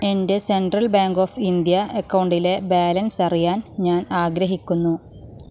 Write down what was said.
എൻ്റെ central bank of India അക്കൗണ്ടിലെ balance അറിയാൻ ഞാൻ ആഗ്രഹിക്കുന്നു